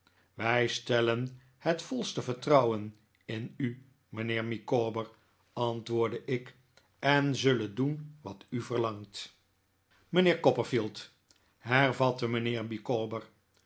wij stellen het yolste vertrouwen in u mijnheer micawber antwoordde ik en zullen doen wat u verlangt mijnheer copperfield hervatte mijnheer